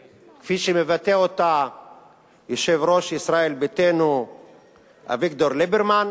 שמבטא אותה יושב-ראש ישראל ביתנו אביגדור ליברמן,